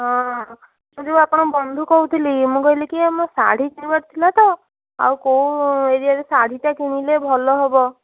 ହଁ ହଁ ମୁଁ ଯେଉଁ ଆପଣଙ୍କ ବନ୍ଧୁ କହୁଥିଲି ମୁଁ କହିଲି କି ଆମର ଶାଢ଼ୀ କିଣିବାର ଥିଲା ତ ଆଉ କେଉଁ ଏରିଆରେ ଶାଢ଼ୀଟା କିଣିଲେ ଭଲ ହେବ